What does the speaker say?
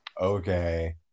Okay